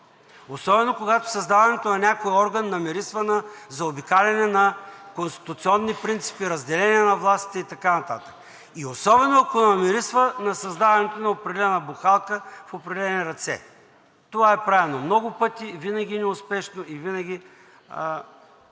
Особено когато създаването на някой орган намирисва на заобикаляне на конституционни принципи, разделение на власти и така нататък. И особено ако намирисва на създаването на определена бухалка в определени ръце. Това е правено много пъти и винаги неуспешно, и винаги